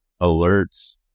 alerts